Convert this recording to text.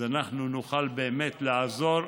אז אנחנו נוכל באמת לעזור,